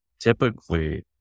Typically